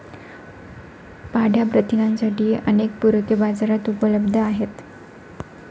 पांढया प्रथिनांसाठीही अनेक पूरके बाजारात उपलब्ध आहेत